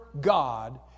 God